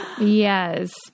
Yes